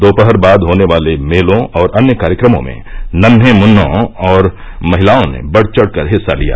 दोपहर बाद होने वाले मेलों और अन्य कार्यक्रमों में नन्हें मुन्नों और महिलाओं ने बढ़ चढ़कर हिस्सा लिया